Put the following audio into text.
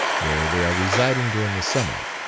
where they are residing during the summer.